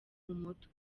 umutwe